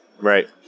Right